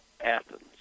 Athens